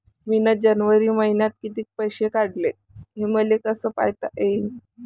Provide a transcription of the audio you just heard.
मिन जनवरी मईन्यात कितीक पैसे काढले, हे मले कस पायता येईन?